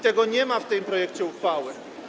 Tego nie ma w tym projekcie uchwały.